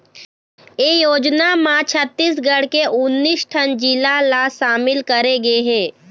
ए योजना म छत्तीसगढ़ के उन्नीस ठन जिला ल सामिल करे गे हे